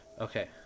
Okay